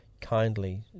kindly